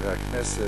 חברי הכנסת,